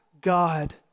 God